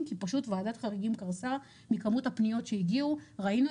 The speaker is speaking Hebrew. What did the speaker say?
משרד הבריאות אגם דניאל עו"ד,